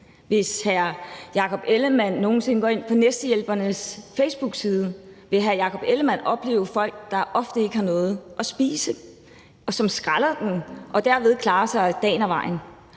Hvis hr. Jakob Ellemann-Jensen nogen sinde går ind på Næstehjælpernes facebookside, vil hr. Jakob Ellemann-Jensen opleve folk, der ofte ikke har noget at spise, som er skraldere og dermed klarer til dagen og vejen.